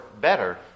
better